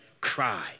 cry